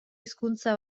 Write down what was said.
hizkuntza